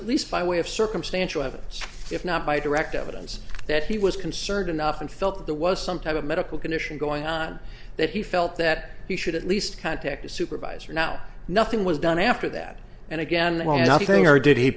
at least by way of circumstantial evidence if not by direct evidence that he was concerned enough and felt that there was some type of medical condition going on that he felt that he should at least contact a supervisor now nothing was done after that and again and nothing or did he